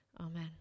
Amen